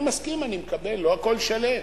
אני מסכים, אני מקבל, לא הכול שלם.